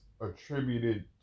attributed